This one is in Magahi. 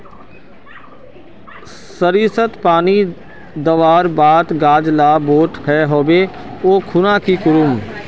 सरिसत पानी दवर बात गाज ला बोट है होबे ओ खुना की करूम?